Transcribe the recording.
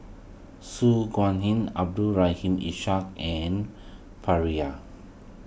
Su Guaning Abdul Rahim Ishak and Pereira